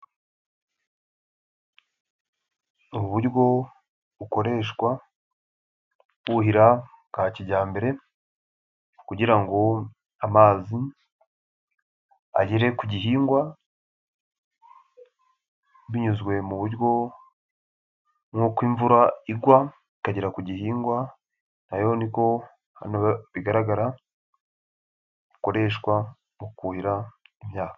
Uburyo bukoreshwa buhira bwa kijyambere kugira ngo amazi agere ku gihingwa. Binyuzwe mu buryo nk'uko imvura igwa ikagera ku gihingwa nayo niko hano bigaragara bukoreshwa mu kuhira imyaka.